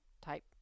type